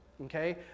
Okay